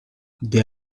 they